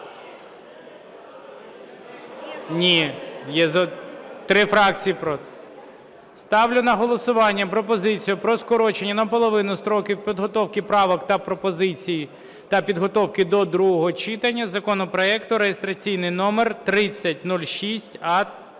Ні три фракції проти. Ставлю на голосування пропозицію про скорочення наполовину строків підготовки правок та пропозицій, та підготовки до другого читання законопроекту реєстраційний номер 3006а.